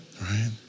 Right